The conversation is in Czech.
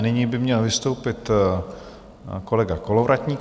Nyní by měl vystoupit kolega Kolovratník.